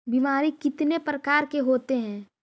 बीमारी कितने प्रकार के होते हैं?